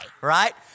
right